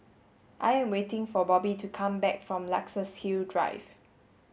I am waiting for Bobby to come back from Luxus Hill Drive